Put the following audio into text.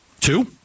Two